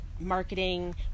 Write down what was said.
marketing